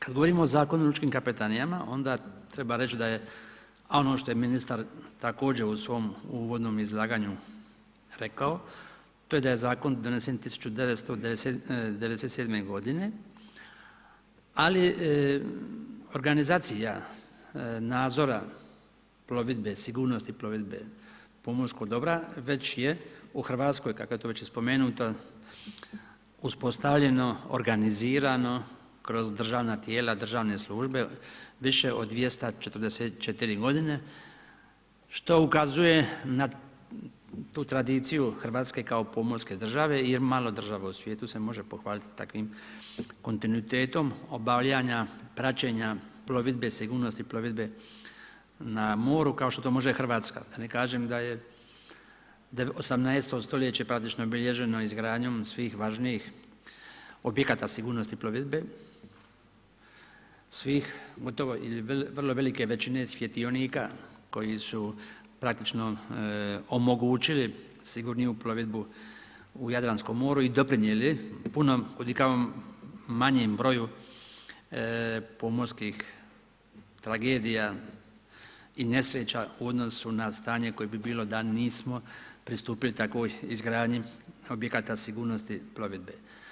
Kad govorimo o Zakonu o lučkim kapetanijama onda treba reći da je ono što je ministar također u svom uvodnom izlaganju rekao, to je da je zakon donesen 1997. g. ali organizacija nadzora plovidbe, sigurnosti plovidbe pomorskog dobra već je u Hrvatskoj, kako je to već i spomenuto, uspostavljeno organizirano kroz državna tijela, državne službe više od 244 g. što ukazuje na tu tradiciju Hrvatske kao pomorske države jer malo država u svijetu se može pohvaliti takvim kontinuitetom obavljanja, praćenja plovidbe sigurnosti, plovidbe na moru kao što to može Hrvatska, da ne kažem da je 18. st. praktički obilježeno izgradnjom svih važnijih objekata sigurnosti plovidbe, svih gotovo ili vrlo velike većine svjetionika koji su praktično omogućili sigurniju plovidbu u Jadrankom moru i doprinijeli punom kudikamo manjem broju pomorskih tragedija i nesreća u odnosu na stanje koje bi bilo da nismo pristupili takvoj izgradnji objekata sigurnosti plovidbe.